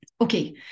Okay